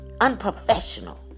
unprofessional